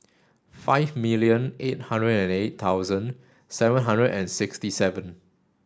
five million eight hundred and eight thousand seven hundred and sixty seven